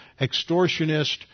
extortionist